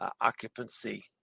occupancy